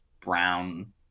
brown